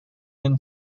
and